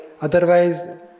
otherwise